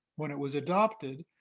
when it was adopted,